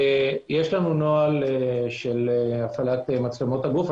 יש לנו נוהל של הפעלת מצלמות הגוף.